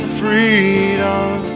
freedom